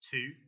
Two